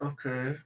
Okay